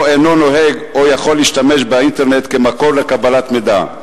או אינם נוהגים או יכולים להשתמש באינטרנט כמקור לקבלת מידע.